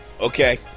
Okay